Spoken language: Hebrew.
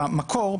במקור,